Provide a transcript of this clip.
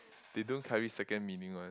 they don't carry second meaning one